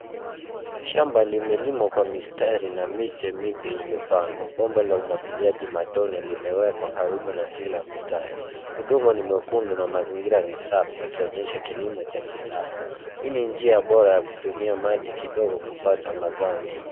Shamba limelimwa kwa mistari na miche mipya imepandwa. Bomba la umwagiliaji matone limewekwa karibu na kila mstari. Udongo ni mwekundu na mazingira ni safi yakionyesha kilimo cha kisasa. Hii ni njia bora ya kutumia maji kidogo kupata mazao mengi.